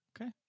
Okay